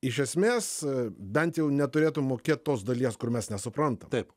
iš esmės bent jau neturėtum mokėt tos dalies kur mes nesuprantam taip